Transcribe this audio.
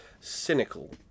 Cynical